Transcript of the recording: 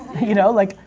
you know, like,